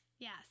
yes